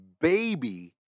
baby